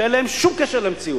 שאין להם שום קשר למציאות.